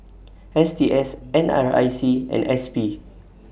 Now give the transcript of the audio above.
S T S N R I C and S P